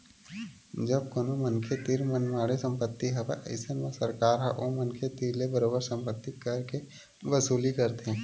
जब कोनो मनखे तीर मनमाड़े संपत्ति हवय अइसन म सरकार ह ओ मनखे तीर ले बरोबर संपत्ति कर के वसूली करथे